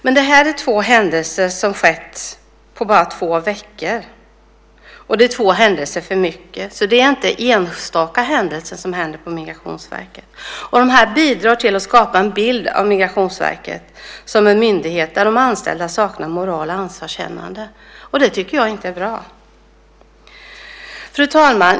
Detta är dock två händelser som skett på bara två veckor, och det är två händelser för mycket. Det är alltså inte enstaka händelser på Migrationsverket. Detta bidrar till att skapa en bild av Migrationsverket som en myndighet där de anställda saknar moral och ansvarskännande. Det tycker jag inte är bra. Fru talman!